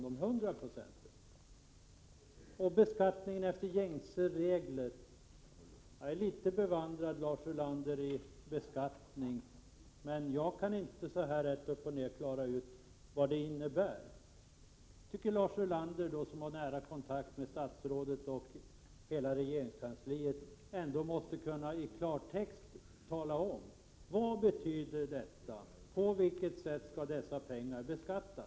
Vidare sade Lars Ulander att det var fråga om beskattning enligt gängse regler. Jag är något bevandrad i beskattning, men jag kan inte så här rätt upp och ned klara ut vad detta innebär. Jag tycker att Lars Ulander, som har nära kontakt med statsrådet och hela regeringskansliet, ändå i klartext måste kunna tala om på vilket sätt dessa pengar skall beskattas.